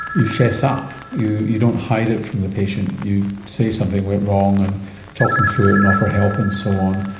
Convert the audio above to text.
you fess up, you you don't hide it from the patient, you say something went wrong and talk them through it and offer help and so on.